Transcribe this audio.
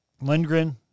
Lindgren